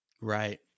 right